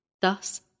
Thus